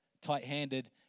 tight-handed